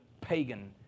pagan